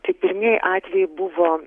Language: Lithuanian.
tai pirmi atvejai buvo